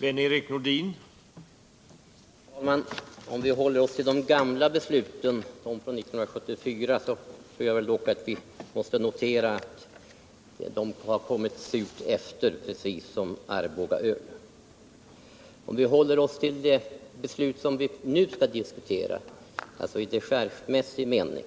Herr talman! Om vi håller oss till de gamla besluten från 1974 så tror jag att vi måste notera att de har kommit surt efter, precis som Arbogaölet. Men vad vi nu skall diskutera, alltså med avseende på dechargegranskningen, är ju